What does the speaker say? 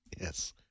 Yes